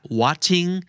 watching